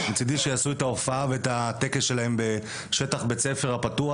מצידי שיעשו את ההופעה והטקס שלהם בשטח הפתוח